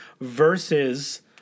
versus